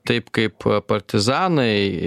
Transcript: taip kaip partizanai